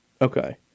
Okay